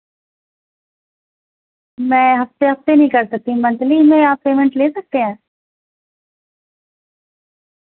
میں ہفتے ہفتے نہیں کر سکتی منتھلی میں آپ پیمنٹ لے سکتے ہیں